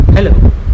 Hello